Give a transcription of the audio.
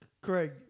Craig